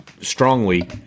strongly